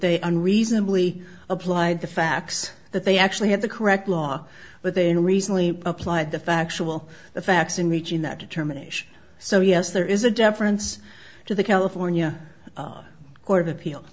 they unreasonably applied the facts that they actually had the correct law but they recently applied the factual the facts in reaching that determination so yes there is a deference to the california court of appeal